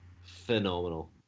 phenomenal